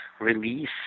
release